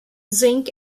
zinc